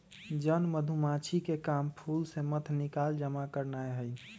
जन मधूमाछिके काम फूल से मध निकाल जमा करनाए हइ